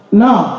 now